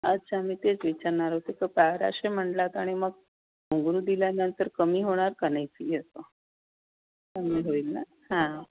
अच्छा मी तेच विचारणार होते का बाराशे म्हणालात आणि मग घुंगरू दिल्यानंतर कमी होणार का नाही फी असं कमी होईल ना हां